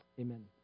amen